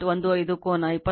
15 ಕೋನ 23